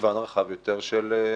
מגוון רחב יותר של סולקים.